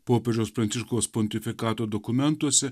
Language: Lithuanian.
popiežiaus pranciškaus pontifikato dokumentuose